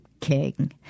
King